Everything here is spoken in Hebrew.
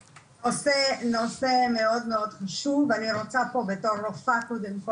הנושא הזה הוא נושא מאוד חשוב ואני רוצה פה בתור רופאה קודם כל